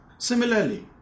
Similarly